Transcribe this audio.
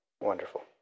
Wonderful